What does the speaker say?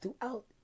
throughout